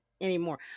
anymore